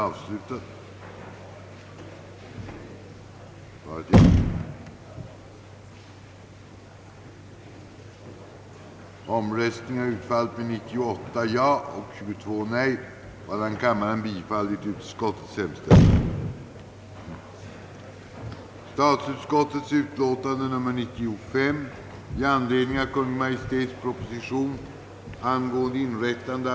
I propositionen hade föreslagits, att ifrågavarande anskaffning skulle finansieras över en central datamaskinfond, i vilken den nuvarande fonden för anskaffning av datamaskiner för högre undervisning och forskning skulle inordnas.